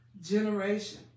generation